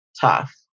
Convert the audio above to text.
tough